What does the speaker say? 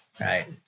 right